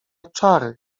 czary